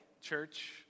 church